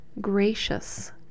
gracious